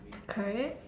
correct